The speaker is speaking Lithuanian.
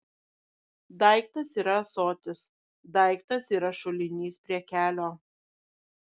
daiktas yra ąsotis daiktas yra šulinys prie kelio